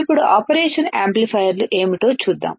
ఇప్పుడు ఆపరేషన్ యాంప్లిఫైయర్లు ఏమిటో చూద్దాం